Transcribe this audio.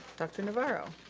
dr. navarro.